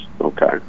Okay